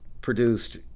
produced